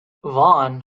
vaughan